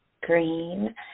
Green